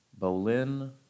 Bolin